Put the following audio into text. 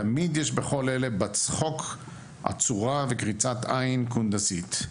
תמיד יש בכל אלה בת צחוק עצורה וקריצת עיין קונדסית.